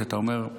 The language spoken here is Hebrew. ואתה אומר,